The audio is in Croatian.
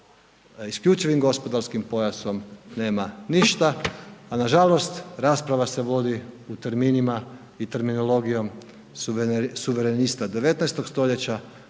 isključivim gospodarskim pojasom nema ništa, a nažalost rasprava se vodi u terminima i terminologijom suverenista 19. stoljeća,